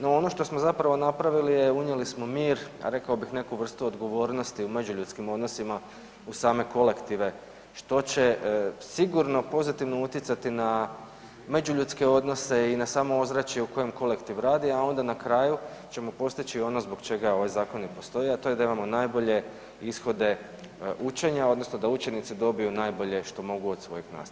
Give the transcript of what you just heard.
No, ono što smo zapravo napravili unijeli smo mir, a rekao bih neku vrstu odgovornosti u međuljudskim odnosima u same kolektive što će sigurno pozitivno utjecati na međuljudske odnose i na samo ozračje u kojem kolektiv radi, a onda na kraju ćemo postići ono zbog čega ovaj zakon i postoji a to je da imamo najbolje ishode učenja, odnosno da učenici dobiju najbolje što mogu od svojih nastavnika.